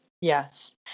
Yes